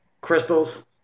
crystals